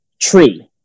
tree